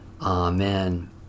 Amen